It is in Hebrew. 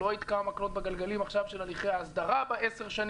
לא יתקע מקלות בגלגלים עכשיו של הליכי ההסדרה בעשר השנים